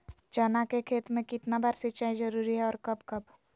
चना के खेत में कितना बार सिंचाई जरुरी है और कब कब?